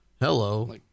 Hello